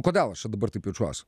kodėl aš čia dabar taip jaučiuos